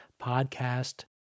Podcast